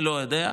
אני לא יודע.